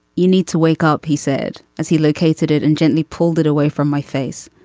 you need to wake up he said as he located it and gently pulled it away from my face.